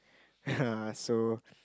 so